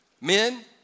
men